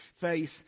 face